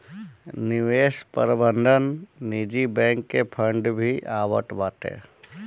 निवेश प्रबंधन निजी बैंक के फंड भी आवत बाटे